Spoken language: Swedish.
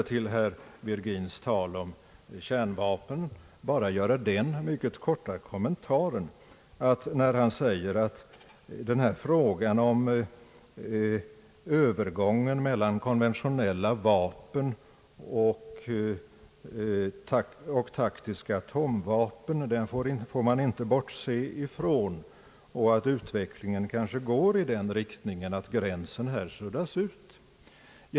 Till herr Virgins tal om kärnvapen skall jag bara göra en mycket kort kommentar. Han säger att frågan om övergången mellan konventionella vapen och taktiska atomvapen får man inte bortse ifrån och att utvecklingen kanske går i den riktningen att gränsen suddas ut.